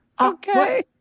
Okay